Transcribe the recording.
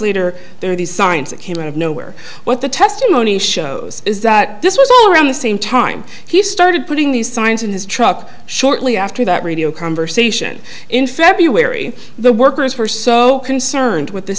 later there are these signs that came out of nowhere what the testimony shows is that this was all around the same time he started putting these signs in his truck shortly after that radio conversation in february the workers were so concerned with the